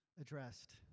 addressed